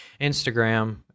Instagram